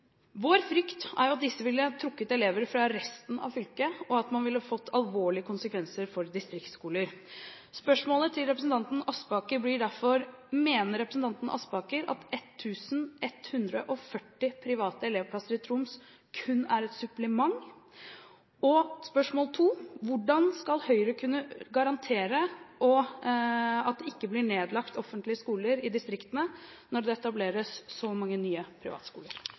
Vår frykt er at disse ville ha trukket elever fra resten av fylket, og at man ville fått alvorlige konsekvenser for distriktsskoler. Spørsmål nr. 1 til representanten Aspaker er derfor: Mener representanten Aspaker at 1 140 private elevplasser i Troms kun er et supplement? Og spørsmål nr. 2: Hvordan skal Høyre kunne garantere at det ikke blir nedlagt offentlige skoler i distriktene, når det etableres så mange nye privatskoler?